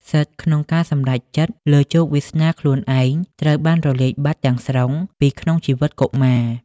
សិទ្ធិក្នុងការសម្រេចចិត្តលើជោគវាសនាខ្លួនឯងត្រូវបានរលាយបាត់ទាំងស្រុងពីក្នុងជីវិតកុមារ។